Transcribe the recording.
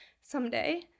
someday